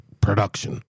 production